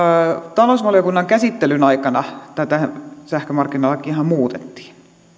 talousvaliokunnan käsittelyn aikana tätä sähkömarkkinalakiahan muutettiin